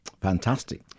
Fantastic